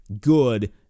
good